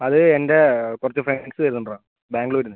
അത് എൻ്റെ കുറച്ച് ഫ്രണ്ട്സ് വരുന്നുണ്ടെടാ ബാംഗ്ളൂരിൽ നിന്ന്